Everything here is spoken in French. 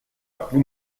pour